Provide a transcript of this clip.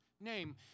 name